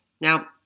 Now